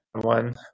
one